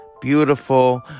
beautiful